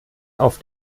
auf